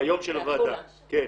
ביום של הוועדה, כן.